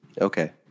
Okay